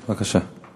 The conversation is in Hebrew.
בבקשה.